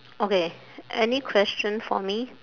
okay any question for me